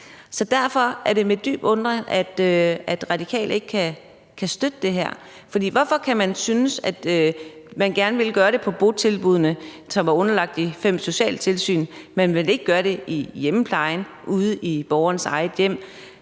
Derfor er det med dyb undren, jeg hører, at De Radikale ikke kan støtte det her, for hvorfor vil man gerne gøre det på botilbuddene, som er underlagt de fem socialtilsyn, men ikke i hjemmeplejen ude i borgerens eget hjem,